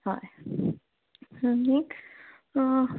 हय आनीक